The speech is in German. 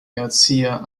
erzieher